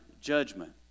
judgment